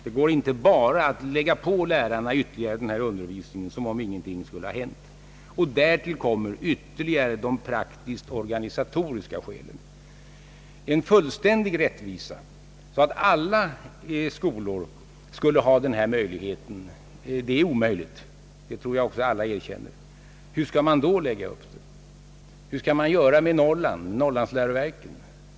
Det går inte att utan vidare bara lägga på lärarna ytterligare undervisning, och därtill kommer de praktiskt-organisatoriska skälen. En fullständig rättvisa, så att alla skolor skulle ha denna möjlighet, kan inte åstadkommas, det tror jag att alla erkänner. Hur skulle man då lägga upp det? Hur skall man göra med norrlandsläroverken?